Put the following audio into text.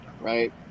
right